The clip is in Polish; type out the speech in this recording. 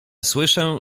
słyszę